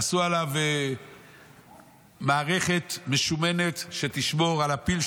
עשו עליו מערכת משומנת שתשמור על הפיל,